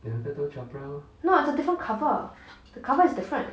no it's a different cover the cover is different